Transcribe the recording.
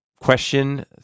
Question